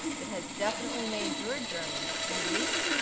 it has definitely made your journey unique,